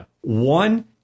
One